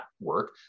work